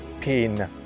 pain